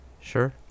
Sure